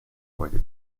alte